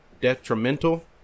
detrimental